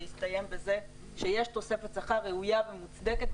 והסתיים בזה שיש תוספת שכר ראויה ומוצדקת,